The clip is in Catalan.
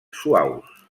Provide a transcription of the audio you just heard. suaus